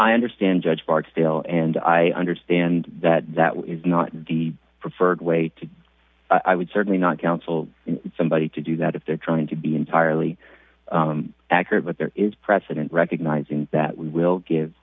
i understand judge barksdale and i understand that that is not the preferred way to i would certainly not counsel somebody to do that if they're trying to be entirely accurate but there is precedent recognizing that we will give